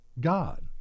God